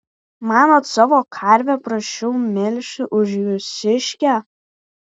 manot savo karvę prasčiau melšiu už jūsiškę